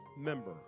member